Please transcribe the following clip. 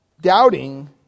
Doubting